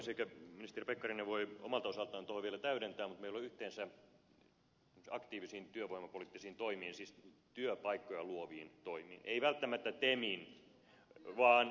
ehkä ministeri pekkarinen voi omalta osaltaan vielä täydentää mutta meillä on yhteensä määrärahoja esimerkiksi aktiivisiin työvoimapoliittisiin toimiin siis työpaikkoja luoviin toimiin ei välttämättä temin